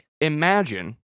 imagine